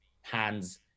hands